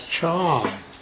charm